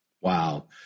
Wow